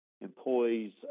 employees